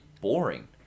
boring